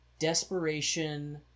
Desperation